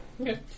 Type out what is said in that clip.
Okay